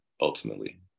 ultimately